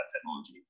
technology